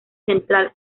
central